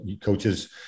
coaches